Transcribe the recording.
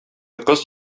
кыз